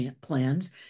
plans